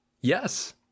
yes